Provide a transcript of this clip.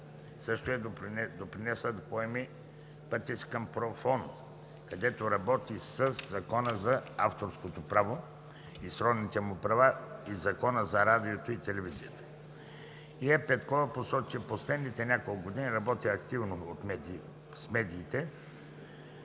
медии е допринесла да поеме пътя си към ПРОФОН, където работи със Закона за авторското право и сродните му права и Закона за радиото и телевизията. Ия Петкова посочи, че в последните няколко години работи активно с медиите.